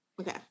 Okay